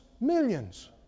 millions